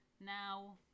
now